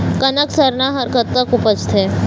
कनक सरना हर कतक उपजथे?